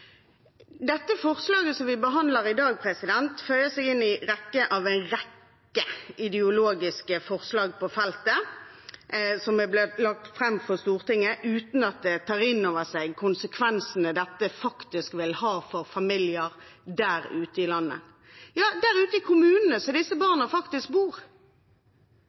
Dette forslaget som vi behandler i dag, føyer seg inn i rekken av en rekke ideologiske forslag på feltet som er blitt lagt fram for Stortinget, uten at en tar inn over seg konsekvensene dette faktisk vil ha for familier ute i landet, ute i kommunene der disse barna bor.